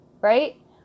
right